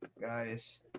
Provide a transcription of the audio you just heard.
guys